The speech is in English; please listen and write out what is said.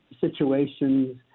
situations